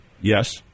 Yes